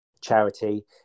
charity